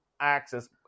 axis